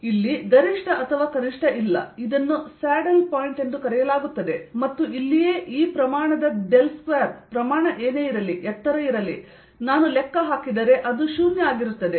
ಆದ್ದರಿಂದ ಇಲ್ಲಿ ಗರಿಷ್ಠ ಅಥವಾ ಕನಿಷ್ಠ ಇಲ್ಲ ಇದನ್ನು ಸ್ಯಾಡಲ್ ಪಾಯಿಂಟ್ ಎಂದು ಕರೆಯಲಾಗುತ್ತದೆ ಮತ್ತು ಇಲ್ಲಿಯೇ ಈ ಪ್ರಮಾಣದ ಡೆಲ್ ಸ್ಕ್ವೇರ್ ಪ್ರಮಾಣ ಏನೇ ಇರಲಿ ಎತ್ತರ ಇರಲಿ ನಾನು ಲೆಕ್ಕ ಹಾಕಿದರೆ ಅದು 0 ಆಗಿರುತ್ತದೆ